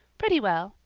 pretty well.